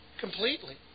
Completely